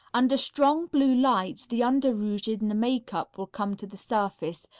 under strong blue lights the under-rouge in the makeup will come to the surface,